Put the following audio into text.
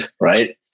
right